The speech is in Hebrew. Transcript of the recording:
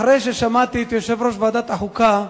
אחרי ששמעתי את יושב-ראש ועדת החוקה,